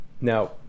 Now